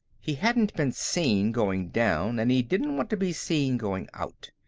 he hadn't been seen going down, and he didn't want to be seen going out.